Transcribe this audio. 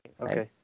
Okay